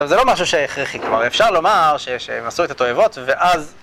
זה לא משהו שהכרחי. כלומר, אפשר לומר שהם עשו את התועבות, ואז...